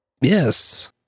yes